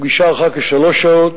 הפגישה ארכה כשלוש שעות,